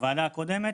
לוועדה הקודמת,